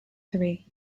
three